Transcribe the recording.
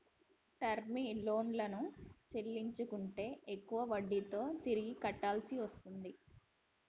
term లోన్లను చెల్లించకుంటే ఎక్కువ వడ్డీతో తిరిగి కట్టాల్సి వస్తుంది